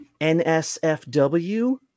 NSFW